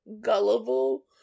gullible